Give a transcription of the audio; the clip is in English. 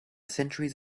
centuries